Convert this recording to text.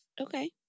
Okay